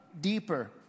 deeper